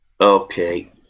Okay